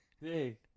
Hey